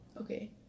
Okay